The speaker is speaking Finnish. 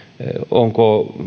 onko